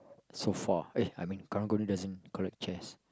sofa eh I mean Karang-Guni doesn't collect chairs